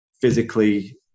Physically